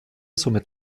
somit